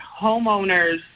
homeowners